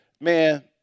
Man